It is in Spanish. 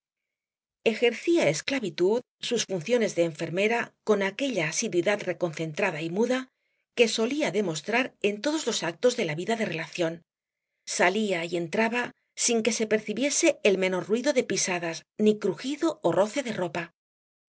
ejercía esclavitud sus funciones de enfermera con aquella asiduidad reconcentrada y muda que solía demostrar en todos los actos de la vida de relación salía y entraba sin que se percibiese el menor ruido de pisadas ni crujido ó roce de ropa